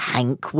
Hank